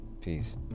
Peace